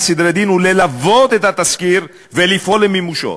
סדרי דין הוא ללוות את התסקיר ולפעול למימושו.